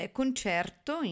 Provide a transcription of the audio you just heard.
concerto